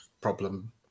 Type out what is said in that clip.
problem